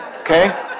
Okay